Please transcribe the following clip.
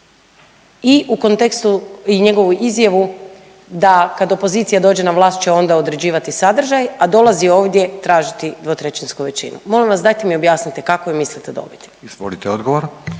i u kontekstu i njegovu izjavu da kad opozicija dođe na vlast će onda određivati sadržaj, a dolazi ovdje tražiti dvotrećinsku većinu, molim vas dajte mi objasnite kako je mislite dobiti? **Radin, Furio